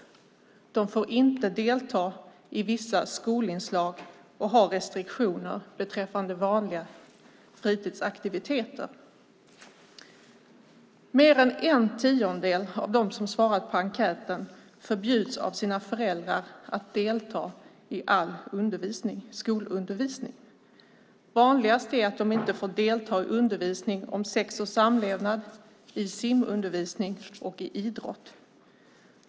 De får inte delta i vissa skolinslag och har restriktioner beträffande vanliga fritidsaktiviteter. Mer än en tiondel av dem som har svarat på enkäten förbjuds av sina föräldrar att delta i all skolundervisning. Vanligast är att de inte får delta i undervisning om sex och samlevnad, i simundervisning och i idrott.